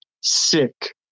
sick